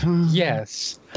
Yes